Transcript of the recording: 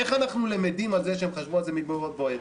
איך אנחנו למדים שהם חשבו על זה מבעוד מועד?